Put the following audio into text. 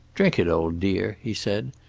drink it, old dear, he said.